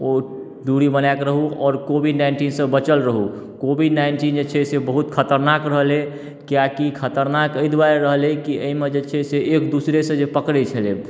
ओ दूरी बनाकऽ रहू आओर कोविड नाइन्टीनसँ बचल रहू कोविड नाइन्टीन जे छै से बहुत खतरनाक रहलै कियाकि खतरनाक एहि दुआरे रहलै कि एहिमे जे छै से एक दोसरासँ जे पकड़ै छलै